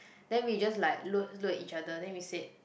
then we just like look look at each other then we said